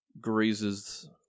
grazes